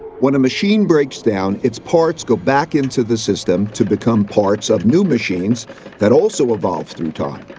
when a machine breaks down, its parts go back into the system to become parts of new machines that also evolve through time.